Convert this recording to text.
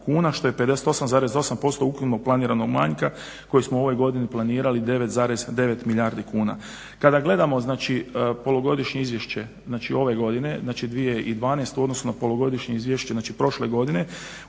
kuna što je 58,8% ukupnog planiranog manjka koji smo u ovoj godini planirali 9,9 milijardi kuna. Kada gledamo znači polugodišnje izvješće ove godine 2012. u odnosu na polugodišnje izvješće prošle godine,